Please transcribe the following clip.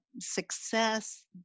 success